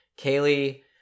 Kaylee